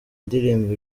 ndirimbo